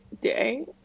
day